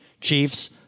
Chiefs